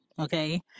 okay